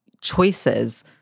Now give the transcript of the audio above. choices